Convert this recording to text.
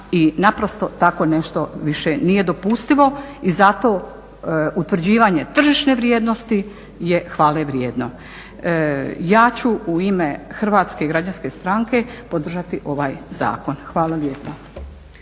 naprosto takvo nešto više nije dopustivo. I zato utvrđivanje tržišne vrijednosti je hvale vrijedno. Ja ću u ime Hrvatske građanske stranke podržati ovaj zakon. Hvala lijepa.